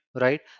right